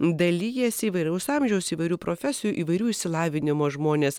dalijasi įvairaus amžiaus įvairių profesijų įvairių išsilavinimo žmonės